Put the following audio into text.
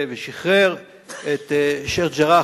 ושחרר את שיח'-ג'ראח,